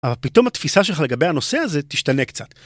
אבל פתאום התפיסה שלך לגבי הנושא הזה תשתנה קצת.